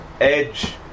edge